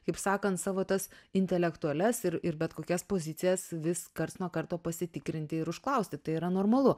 kaip sakant savo tas intelektualias ir ir bet kokias pozicijas vis karts nuo karto pasitikrinti ir užklausti tai yra normalu